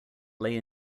lay